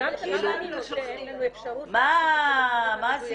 --- אין לנו אפשרות --- מה הסיפור?